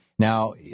Now